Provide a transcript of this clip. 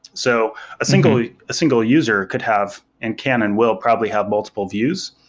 so a single single user could have and can and will probably have multiple views,